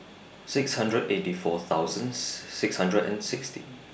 six hundred eighty four thousands six hundred and sixty